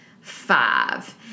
five